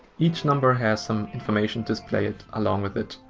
each number has some information displayed along with it.